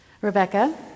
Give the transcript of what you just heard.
Rebecca